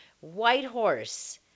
Whitehorse